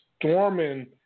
storming